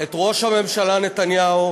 את ראש הממשלה נתניהו,